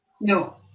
No